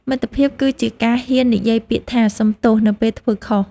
មិត្តភាពគឺជាការហ៊ាននិយាយពាក្យថា "សុំទោស" នៅពេលធ្វើខុស។